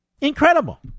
Incredible